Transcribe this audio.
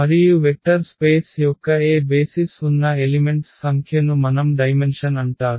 మరియు vector space యొక్క ఏ బేసిస్ ఉన్న ఎలిమెంట్స్ సంఖ్యను మనం డైమెన్షన్ అంటారు